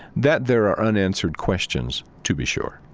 that there are unanswered questions, to be sure.